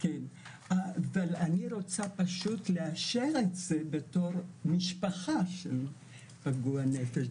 אני רוצה פשוט לאשר את זה בתור משפחה של פגוע נפש,